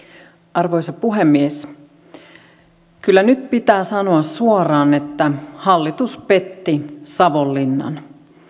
arvoisa puhemies kyllä nyt pitää sanoa suoraan että hallitus petti savonlinnan